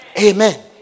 Amen